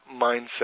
mindset